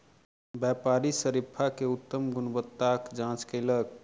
व्यापारी शरीफा के उत्तम गुणवत्ताक जांच कयलक